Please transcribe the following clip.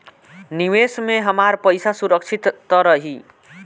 निवेश में हमार पईसा सुरक्षित त रही?